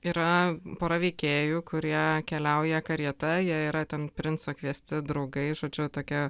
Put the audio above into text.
yra pora veikėjų kurie keliauja karieta jie yra ten princo kviesti draugai žodžiu tokia